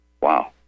Wow